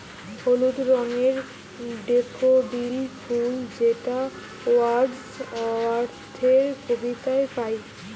হলুদ রঙের ডেফোডিল ফুল যেটা ওয়ার্ডস ওয়ার্থের কবিতায় পাই